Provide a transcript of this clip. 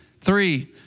three